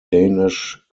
danish